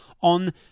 on